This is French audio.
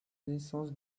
naissance